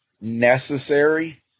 necessary